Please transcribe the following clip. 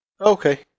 Okay